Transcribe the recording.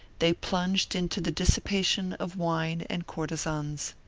they plunged into the dissipation of wine and courtesans.